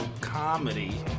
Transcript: comedy